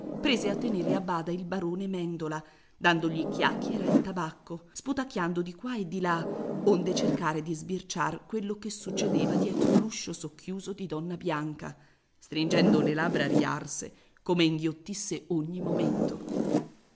prese a tenere a bada il barone mèndola dandogli chiacchiera e tabacco sputacchiando di qua e di là onde cercare di sbirciar quello che succedeva dietro l'uscio socchiuso di donna bianca stringendo le labbra riarse come inghiottisse ogni momento